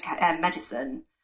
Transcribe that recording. medicine